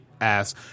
Ass